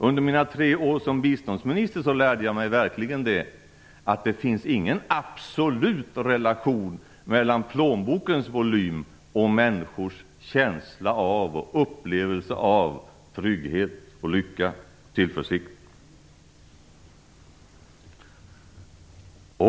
Under mina tre år som biståndsminister lärde jag mig verkligen att det inte finns någon absolut relation mellan plånbokens volym och människors känsla och upplevelse av trygghet, lycka och tillförsikt.